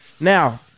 Now